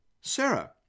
Sarah